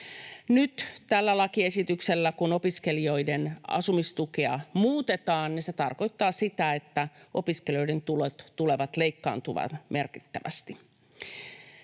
kun tällä lakiesityksellä opiskelijoiden asumistukea muutetaan, niin se tarkoittaa sitä, että opiskelijoiden tulot tulevat leikkaantumaan merkittävästi.